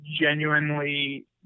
genuinely